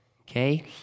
okay